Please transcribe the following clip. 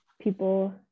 people